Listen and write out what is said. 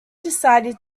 decided